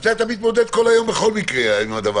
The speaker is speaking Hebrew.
על הדבר הזה אתה מתמודד כל היום בכל מקרה על,